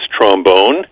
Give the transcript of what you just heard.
trombone